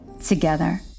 together